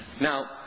Now